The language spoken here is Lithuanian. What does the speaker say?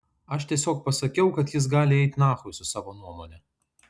aš tiesiog pasakiau kad jis gali eit nachui su savo nuomone